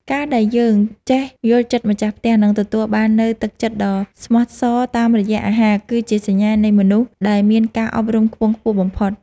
ការដែលយើងចេះយល់ចិត្តម្ចាស់ផ្ទះ និងទទួលយកនូវទឹកចិត្តដ៏ស្មោះសតាមរយៈអាហារ គឺជាសញ្ញានៃមនុស្សដែលមានការអប់រំខ្ពង់ខ្ពស់បំផុត។